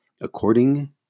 according